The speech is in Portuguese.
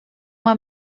uma